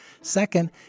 Second